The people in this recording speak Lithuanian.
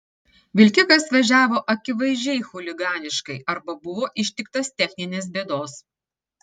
vilkikas važiavo akivaizdžiai chuliganiškai arba buvo ištiktas techninės bėdos